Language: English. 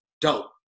dope